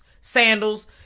sandals